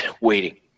waiting